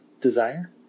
Desire